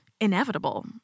inevitable